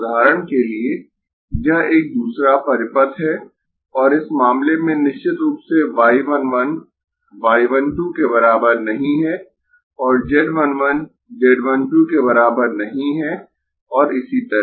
उदाहरण के लिए यह एक दूसरा परिपथ है और इस मामले में निश्चित रूप से y 1 1 y 1 2 के बराबर नहीं है और z 1 1 z 1 2 के बराबर नहीं है और इसी तरह